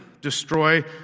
destroy